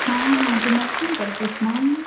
हां हां तू नर्सिंग करतेस ना